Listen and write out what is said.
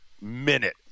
minute